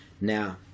Now